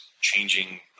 changing